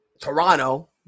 Toronto